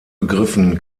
begriffen